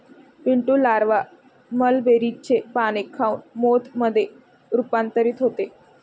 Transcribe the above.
Pintu larva मलबेरीचे पाने खाऊन मोथ मध्ये रूपांतरित होते